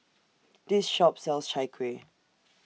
This Shop sells Chai Kueh